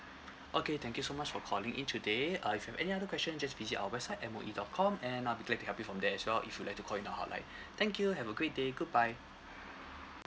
okay thank you so much for calling in today uh if you've any other question just visit our website M_O_E dot com and I'll be glad to help you from there as well if you'd like to call in our hotline thank you have a great day good bye